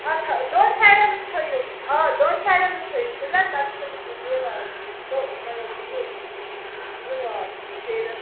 اتھ دۅن سَیرٮ۪ن حظ تھٲوِو آ دۅن سَیرٮ۪ن حظ تھٲوِو پِلر پَتہٕ کھٲلِیو تُہۍ دیوار دو مطلب زٕ زٕ وار سیرٮ۪س